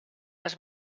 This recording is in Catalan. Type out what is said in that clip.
les